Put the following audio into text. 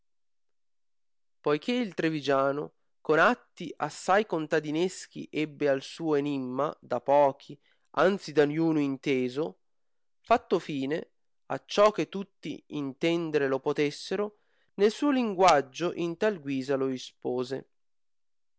poiché il trivigiano con atti assai contadineschi ebbe al suo enimma da pochi anzi da niuno inteso fatto fine acciò che tutti intendere lo potessero nel suo linguaggio in tal guisa lo ispose